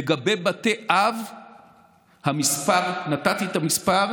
לגבי בתי אב נתתי את המספר,